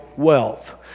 wealth